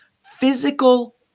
physical